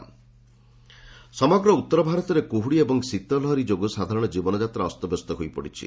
cold wave ସମଗ୍ର ଉତ୍ତର ଭାରତରେ କୁହୁଡ଼ି ଓ ଶୀତ ଲହରୀ ଯୋଗୁଁ ସାଧାରଣ ଜୀବନଯାତ୍ରା ଅସ୍ତବ୍ୟସ୍ତ ହୋଇପଡ଼ିଛି